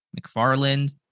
McFarland